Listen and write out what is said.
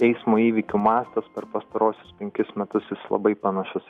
eismo įvykių mąstas per pastaruosius penkis metus jis labai panašus yra